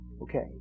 Okay